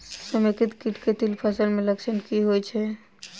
समेकित कीट केँ तिल फसल मे लक्षण की होइ छै?